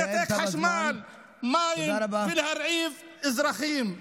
שרים, לנתק חשמל ומים ולהרעיב אזרחים.